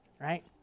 right